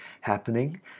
happening